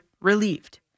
relieved